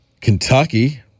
Kentucky